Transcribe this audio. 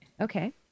Okay